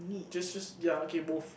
just just ya okay both